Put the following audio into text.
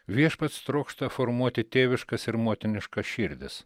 viešpats trokšta formuoti tėviškas ir motiniška širdis